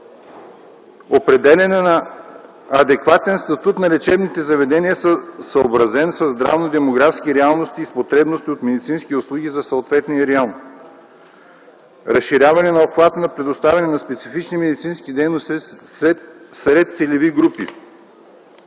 Определяне на адекватен статут на лечебните заведения, съобразен със здравно-демографски реалности и с потребности от медицински услуги за съответния регион. - Разширяване на обхвата на предоставяне на специфични медицински дейности сред целеви групи.